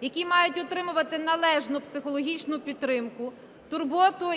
які мають отримувати належну психологічну підтримку, турботу